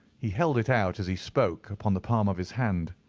he held it out, as he spoke, upon the palm of his hand.